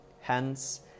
Hence